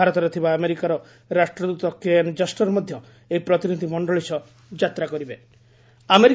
ଭାରତରେ ଥିବା ଆମେରିକାର ରାଷ୍ଟ୍ରଦତ କେ ଏନ ଜଷ୍ଟର ମଧ୍ୟ ଏହି ପ୍ରତିନିଧି ମଣ୍ଡଳୀ ସହ ଯାତ୍ରା କରିବେ